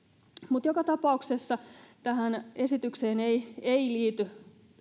mutta joka tapauksessa tähän esitykseen ei liity